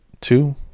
two